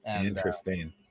Interesting